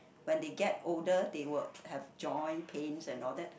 when they get older they will have joint pains and all that